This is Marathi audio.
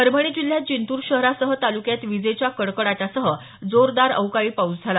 परभणी जिल्ह्यात जिंतूर शहरासह तालुक्यात विजेच्या कडकडाटासह जोरदार अवकाळी पाऊस झाला